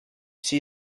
see